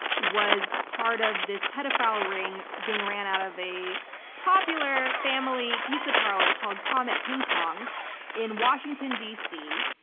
was part of this pedophile ring being ran out of a popular family pizza parlor called comet ping pong in washington dc,